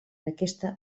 aquesta